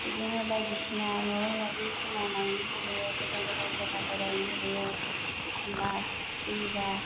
बिदिनो बायदिसिना माबा माबि समाव नायनो लुबैयो गोजान गोजान जायगा बेरायनो लुबैयो एखमबा फ्रि बा